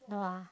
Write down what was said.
no ah